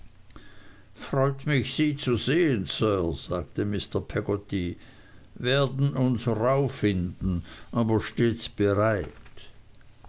freut mich sie zu sehen sir sagte mr peggotty werden uns rauh finden aber stets bereit